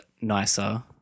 nicer